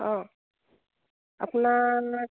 অঁ আপোনাৰ